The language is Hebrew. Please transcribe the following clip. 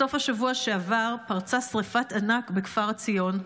בסוף השבוע שעבר פרצה שרפת ענק בכפר עציון,